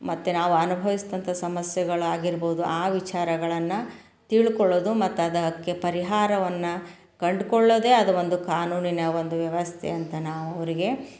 ಮತ್ತು ನಾವು ಅನುಭವಿಸ್ದಂಥ ಸಮಸ್ಯೆಗಳು ಆಗಿರ್ಬೌದು ಆ ವಿಚಾರಗಳನ್ನು ತಿಳ್ಕೊಳ್ಳೋದು ಮತ್ತು ಅದಕ್ಕೆ ಪರಿಹಾರವನ್ನು ಕಂಡುಕೊಳ್ಳೋದೆ ಅದು ಒಂದು ಕಾನೂನಿನ ಒಂದು ವ್ಯವಸ್ಥೆ ಅಂತ ನಾವು ಅವ್ರಿಗೆ